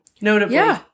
notably